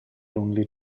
only